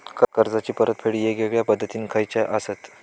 कर्जाचो परतफेड येगयेगल्या पद्धती खयच्या असात?